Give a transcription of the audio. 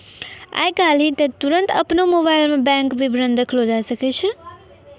आइ काल्हि त तुरन्ते अपनो मोबाइलो मे बैंक विबरण देखलो जाय सकै छै